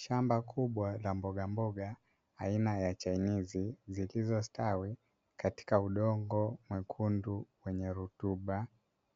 Shamba kubwa la mbogamboga aina ya chainizi zilizositawi katika udongo mwekundu wenye rutuba.